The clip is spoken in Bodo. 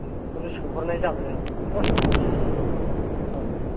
दा बेखौनो सोंहरनाय जाबाय आरो नो औ